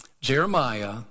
Jeremiah